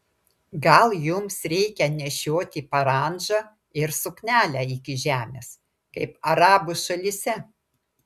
gal jums reikia nešioti parandžą ir suknelę iki žemės kaip arabų šalyse